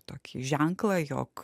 tokį ženklą jog